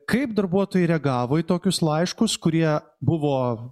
kaip darbuotojai reagavo į tokius laiškus kurie buvo